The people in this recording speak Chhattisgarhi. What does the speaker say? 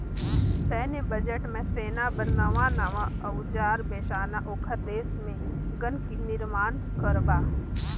सैन्य बजट म सेना बर नवां नवां अउजार बेसाना, ओखर देश मे गन निरमान करबा